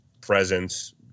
presence